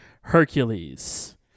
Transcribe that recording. Hercules